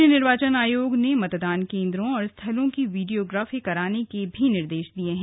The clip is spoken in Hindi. राज्य निर्वाचन आयोग ने मतदान केंद्रों और स्थलों की वीडियोग्राफी कराने के भी निर्दे ा दिए हैं